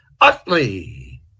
Utley